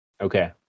Okay